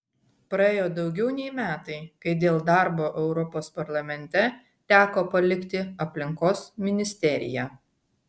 praėjo daugiau nei metai kai dėl darbo europos parlamente teko palikti aplinkos ministeriją